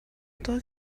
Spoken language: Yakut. тоҕо